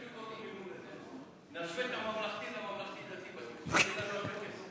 ההצעה להעביר את הנושא לוועדה הזמנית לענייני כספים